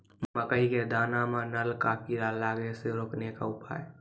मकई के दाना मां नल का कीड़ा लागे से रोकने के उपाय?